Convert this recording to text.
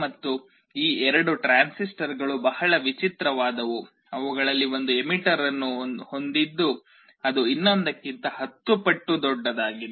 ಮತ್ತು ಈ ಎರಡು ಟ್ರಾನ್ಸಿಸ್ಟರ್ಗಳು ಬಹಳ ವಿಚಿತ್ರವಾದವು ಅವುಗಳಲ್ಲಿ ಒಂದು ಎಮಿಟರ್ ಅನ್ನು ಹೊಂದಿದ್ದು ಅದು ಇನ್ನೊಂದಕ್ಕಿಂತ 10 ಪಟ್ಟು ದೊಡ್ಡದಾಗಿದೆ